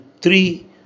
three